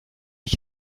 ich